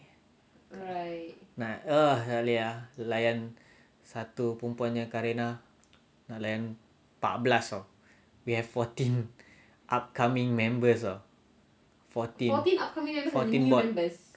nak ugh tak boleh lah layan satu perempuan punya kerenah nak layan empat belas [tau] we have fourteen upcoming members you know fourteen fourteen board